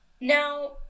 Now